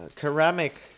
ceramic